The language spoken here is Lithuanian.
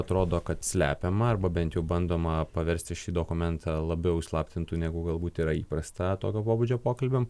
atrodo kad slepiama arba bent jau bandoma paversti šį dokumentą labiau įslaptintu negu galbūt yra įprasta tokio pobūdžio pokalbiam